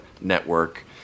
network